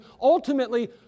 ultimately